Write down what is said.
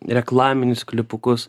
reklaminius klipukus